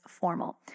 formal